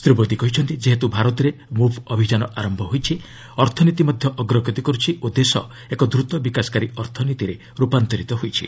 ଶ୍ରୀ ମୋଦି କହିଛନ୍ତି ଯେହେତୁ ଭାରତରେ 'ମୁଭ୍' ଅଭିଯାନ ଆରମ୍ଭ ହୋଇଛି ଅର୍ଥନୀତି ମଧ୍ୟ ଅଗ୍ରଗତି କରୁଛି ଓ ଦେଶ ଏକ ଦ୍ରତ ବିକାଶକାରୀ ଅର୍ଥନୀତିରେ ରୂପାନ୍ତରିତ ହୋଇଛି